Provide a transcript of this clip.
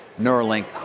Neuralink